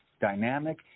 dynamic